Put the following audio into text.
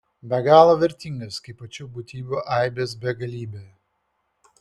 be galo vertingas kaip pačių būtybių aibės begalybė